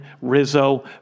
Rizzo